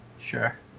Sure